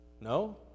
No